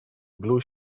blue